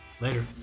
Later